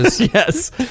Yes